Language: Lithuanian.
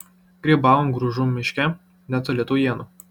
grybavom gružų miške netoli taujėnų